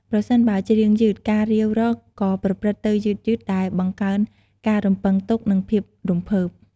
ប្រសិនបើច្រៀងយឺត ការរាវរកក៏ប្រព្រឹត្តទៅយឺតៗ ដែលបង្កើនការរំពឹងទុក និងភាពរំភើប។